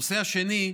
הנושא השני,